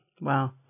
Wow